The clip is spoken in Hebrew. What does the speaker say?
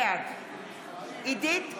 בעד עידית סילמן,